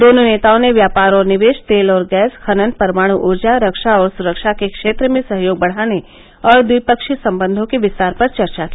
दोनों नेताओं ने व्यापार और निवेश तेल और गैस खनन परमाणु ऊर्जा रक्षा और सुरक्षा के क्षेत्र में सहयोग बढ़ाने और ट्विपक्षीय संबंधों के विस्तार पर चर्चा की